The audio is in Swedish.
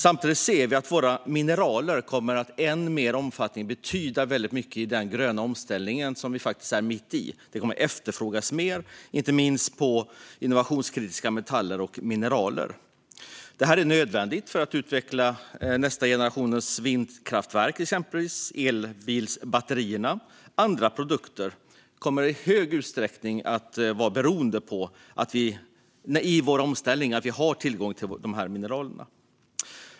Samtidigt ser vi att våra mineral kommer att betyda väldigt mycket i den gröna omställning som vi faktiskt är mitt i. Detta kommer att efterfrågas mer. Det gäller inte minst innovationskritiska metaller och mineral. De är nödvändiga för att man ska kunna utveckla till exempel nästa generations vindkraftverk, elbilsbatterier och andra produkter. I vår omställning kommer vi i hög utsträckning att vara beroende av att vi har tillgång till dessa mineral.